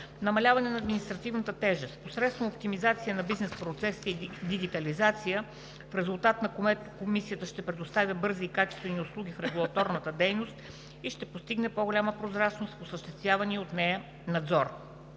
Намаляване на административната тежест, посредством оптимизация на бизнес процесите и дигитализация, в резултат на което Комисията ще предоставя бързи и качествени услуги в регулаторната дейност и ще се постигне по-голяма прозрачност в осъществявания от нея надзор.